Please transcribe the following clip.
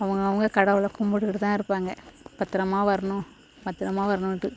அவங்க அவங்க கடவுளை கும்பிட்டுகிட்டு தான் இருப்பாங்க பத்திரமா வரணும் பத்திரமா வரணுன்ட்டு